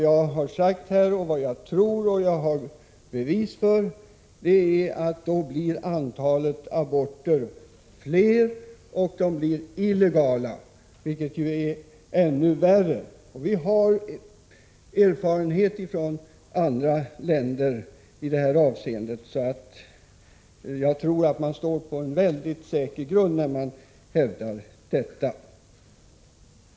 Jag tror — och jag har bevis — att antalet aborter då blir större, och 63 aborterna blir illegala, vilket är ännu värre än legala aborter. Det finns erfarenheter från andra länder i detta avseende. Jag tror alltså att jag står på en mycket säker grund när jag hävdar detta.